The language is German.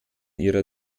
ihrer